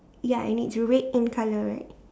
ya and it's red in colour right